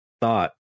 thought